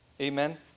amen